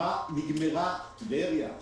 נגמרה טבריה.